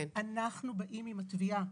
אנחנו באים עם התביעה.